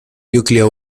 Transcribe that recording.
nuclear